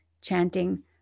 chanting